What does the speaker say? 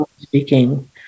speaking